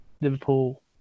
Liverpool